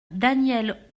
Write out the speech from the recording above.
danielle